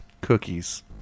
cookies